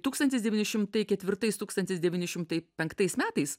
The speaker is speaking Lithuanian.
tūkstantis devyni šimtai ketvirtais tūkstantis devyni šimtai penktais metais